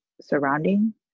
surrounding